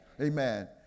amen